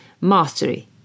mastery